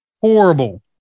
Horrible